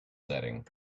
setting